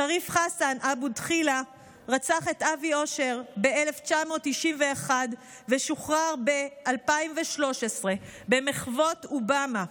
שריף חסן אבו דחילה רצח את אבי אושר ב-1991 ושוחרר ב-2013 במחוות אובמה.